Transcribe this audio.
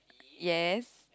yes